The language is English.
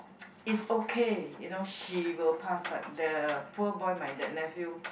is okay you know she will pass but the poor boy my that nephew